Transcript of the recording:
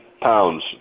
pounds